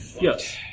Yes